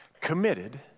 committed